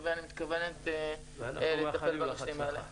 אני מתכבד לפתוח את ישיבת ועדת הכלכלה.